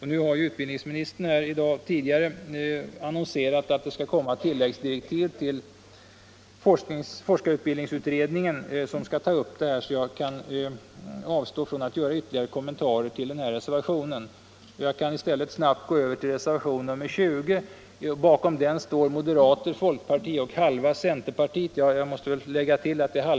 Men utbildningsministern har tidigare i dag annonserat att forskarutbildningsutredningen skall få tilläggsdirektiv om att ta upp denna fråga. Jag kan därför avstå från att göra ytterligare kommentarer till den reservationen. Jag kan i stället snabbt gå över till reservationen 20. Bakom den står moderata samlingspartiet, folkpartiet och halva centerpartiet — i utskottet, måste jag väl tillägga.